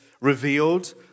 revealed